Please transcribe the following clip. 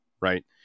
right